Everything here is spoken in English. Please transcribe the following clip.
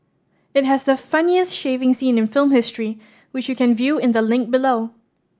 it has the funniest shaving scene in film history which you can view in the link below